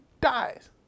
dies